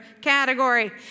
category